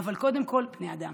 אבל קודם כול בני אדם.